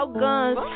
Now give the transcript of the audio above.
guns